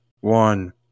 one